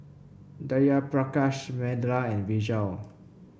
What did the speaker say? Jayaprakash Medha and Vishal